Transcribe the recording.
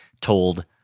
told